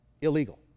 Illegal